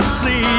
see